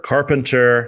Carpenter